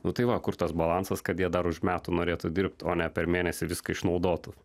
nu tai va kur tas balansas kad jie dar už metų norėtų dirbt o ne per mėnesį viską išnaudotų